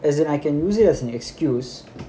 as in I can use it as an excuse